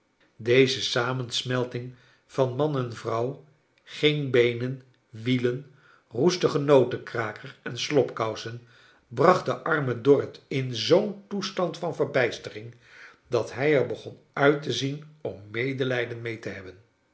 deze samensmelting van man en vrouw geen beenan wielen roestigen notenkraker en slobkousen bracht den armen dorrit in zoo'n toestand van verbijstering dat hij er begon uit te zien om medelijden mee te hebben